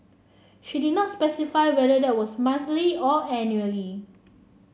she did not specify whether that was monthly or annually